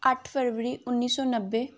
ਅੱਠ ਫਰਵਰੀ ਉੱਨੀ ਸੌ ਨੱਬੇ